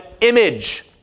image